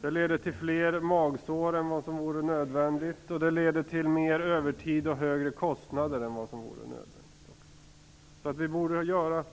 Det leder till fler magsår än vad som vore nödvändigt, och det leder till mer övertid och högre kostnader än vad som vore nödvändigt. Vi borde göra